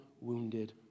wounded